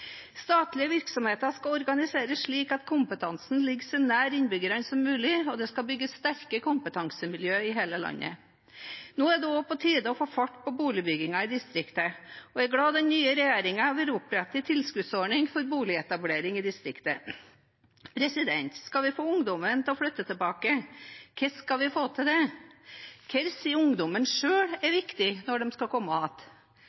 Statlige virksomheter skal organiseres slik at kompetansen ligger så nær innbyggerne som mulig, og det skal bygges sterke kompetansemiljø i hele landet. Nå er det også på tide å få fart på boligbyggingen i distriktet. Jeg er glad den nye regjeringen vil opprette en tilskuddsordning for boligetablering i distriktet. Skal vi få ungdommen til å flytte tilbake, må vi vite hvordan vi skal få til det. Hva sier ungdommen selv er